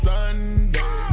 Sunday